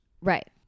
Right